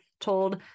told